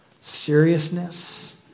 seriousness